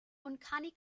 uncanny